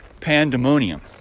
pandemonium